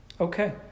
Okay